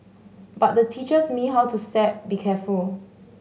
but the teaches me how to step be careful